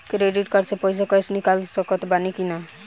Credit card से पईसा cash निकाल सकत बानी की ना?